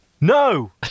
No